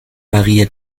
maria